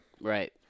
right